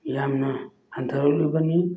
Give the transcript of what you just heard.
ꯌꯥꯝꯅ ꯍꯟꯊꯔꯛꯂꯤꯕꯅꯤ